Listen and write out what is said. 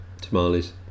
tamales